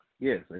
Yes